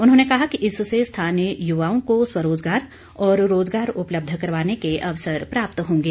उन्होंने कहा इससे स्थानीय युवाओं को स्वरोजगार और रोजगार उपलब्ध करवाने के अवसर प्राप्त होंगे